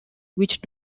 which